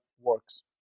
works